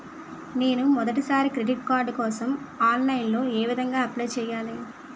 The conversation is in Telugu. నేను మొదటిసారి క్రెడిట్ కార్డ్ కోసం ఆన్లైన్ లో ఏ విధంగా అప్లై చేయాలి?